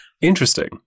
Interesting